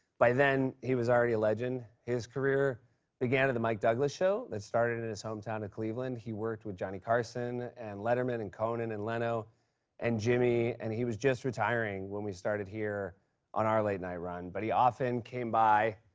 by then, he was already a legend. his career began at the mike douglas show that started in his hometown of cleveland. he worked with johnny carson and letterman and conan and leno and jimmy, and he was just retiring when we started here on our late night run. but he often came by,